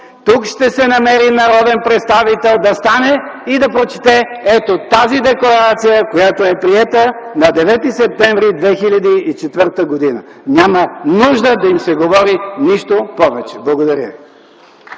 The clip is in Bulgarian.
тук ще се намери народен представител да стане и да прочете ето тази декларация, която е приета на 9 септември 2004 г. Няма нужда да им се говори нищо повече! Благодаря ви.